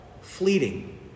fleeting